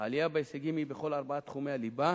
העלייה בהישגים היא בכל ארבעת תחומי הליבה